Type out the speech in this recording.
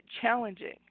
challenging